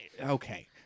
Okay